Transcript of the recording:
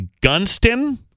Gunston